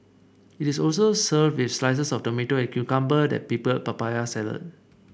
it is also served with slices of tomato and cucumber and pickled papaya salad